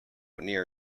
near